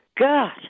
God